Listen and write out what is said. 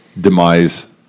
Demise